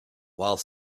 while